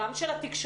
גם של התקשורת,